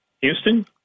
Houston